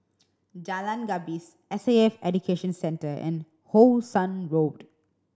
Jalan Gapis S A F Education Centre and How Sun Road